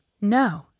No